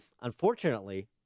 Unfortunately